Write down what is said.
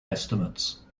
estimates